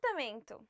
apartamento